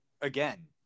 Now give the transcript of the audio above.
again